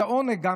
והעונג,